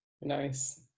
nice